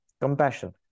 compassion